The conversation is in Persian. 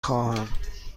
خواهم